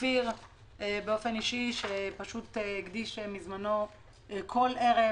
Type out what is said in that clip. ואופיר באופן אישי שהקדיש מזמנו כל ערב